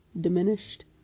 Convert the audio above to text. diminished